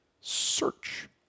Search